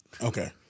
Okay